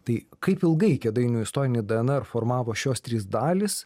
tai kaip ilgai kėdainių istorinį dnr formavo šios trys dalys